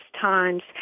times